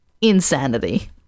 insanity